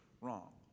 wrong